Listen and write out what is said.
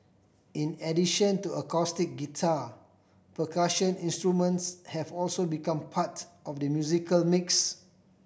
in addition to acoustic guitar percussion instruments have also become part of the musical mix